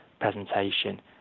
presentation